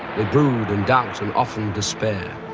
they brood and doubt and often despair.